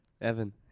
Evan